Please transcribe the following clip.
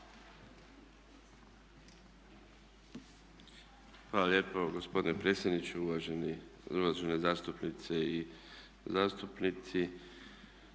Hvala lijepo gospodine predsjedniče, uvažene zastupnice i zastupnici.